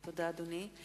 תודה, אדוני.